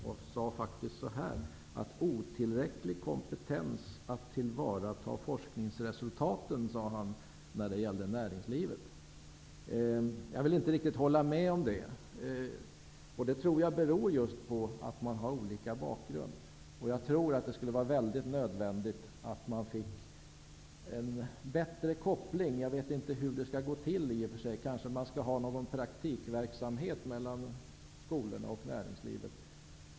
Han sade att näringslivet visar otillräcklig kompetens att tillvarata forskningsresultaten. Jag vill inte riktigt hålla med om det, utan jag tror att orsaken är att man har olika bakgrund. Jag tror att det är väldigt nödvändigt att få en bättre koppling, men jag vet inte hur det skall gå till. Kanske man skulle kunna ha någon sorts praktikverksamhet med utbyte mellan skolorna och näringslivet.